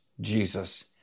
Jesus